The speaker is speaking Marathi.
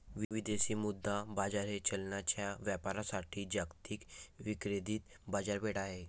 विदेशी मुद्रा बाजार हे चलनांच्या व्यापारासाठी जागतिक विकेंद्रित बाजारपेठ आहे